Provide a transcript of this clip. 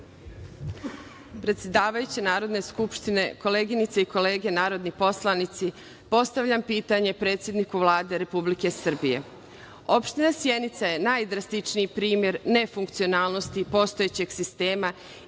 Predsedavajuća Narodne skupštine, koleginice i kolege narodni poslanici, postavljam pitanje predsedniku Vlade Republike Srbije. Opština Sjenica je najdrastičniji primer nefunkcionalnosti postojećeg sistema